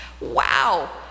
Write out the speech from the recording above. Wow